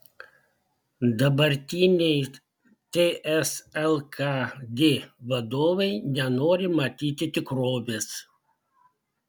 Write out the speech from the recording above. dabartiniai ts lkd vadovai nenori matyti tikrovės